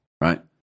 right